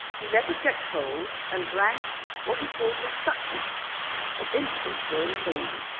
he let it get cold, and drank what he called his suckments at intervals during the morning.